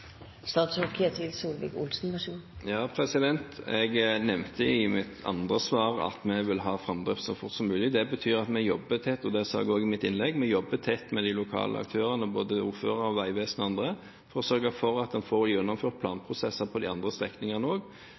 Jeg nevnte i mitt andre svar at vi vil ha framdrift så fort som mulig. Det betyr at vi jobber tett, og det sa jeg også i mitt innlegg. Vi jobber tett med de lokale aktørene, både ordfører, veivesen og andre, for å sørge for at en får gjennomført planprosesser på de andre strekningene også i de andre prosjektene, slik at en får levert dem til Stortinget og